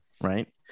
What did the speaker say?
right